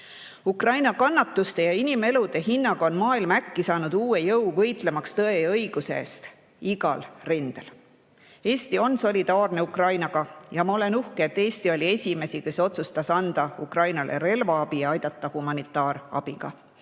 Ukraina kannatuste ja inimelude hinnaga on maailm äkki saanud uue jõu, võitlemaks tõe ja õiguse eest igal rindel. Eesti on Ukrainaga solidaarne ja ma olen uhke, et Eesti oli üks esimesi, kes otsustas anda Ukrainale relvaabi ja aidata humanitaarabiga.